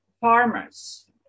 farmers